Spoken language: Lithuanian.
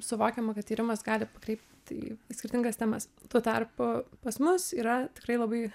suvokiama kad tyrimas gali pakrypt į skirtingas temas tuo tarpu pas mus yra tikrai labai